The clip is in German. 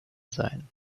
sein